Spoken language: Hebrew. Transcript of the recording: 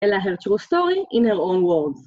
אלא her true story in her own words.